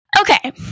Okay